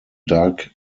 dark